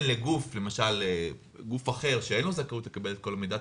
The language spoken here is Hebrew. לגוף אחר שאין לו זכאות לקבל את כל המידע,